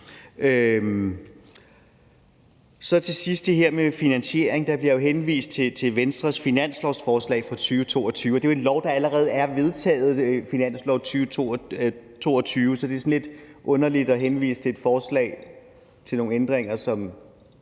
Til sidst er der så det med finansieringen, og der bliver jo henvist til Venstres finanslovsforslag for 2022. Men finansloven for 2022 er jo en lov, der allerede er vedtaget, så det er sådan lidt underligt at henvise til et forslag og til nogle ændringer, som